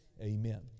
Amen